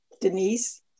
Denise